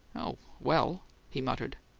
oh, well he muttered.